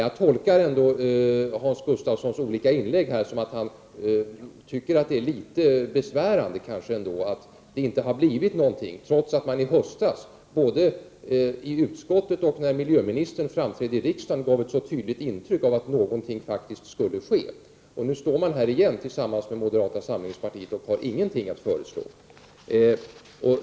Jag tolkar Hans Gustafssons olika inlägg här som att han kanske ändå tycker att det är litet besvärande att det inte har blivit något resultat, trots att man i höstas både i utskottet och här i kammaren, när miljöministern framträdde här, gav ett så tydligt intryck av att något skulle ske. Nu står man här igen tillsammans med moderata samlingspartiet och har ingenting att föreslå.